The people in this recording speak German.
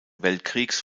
weltkriegs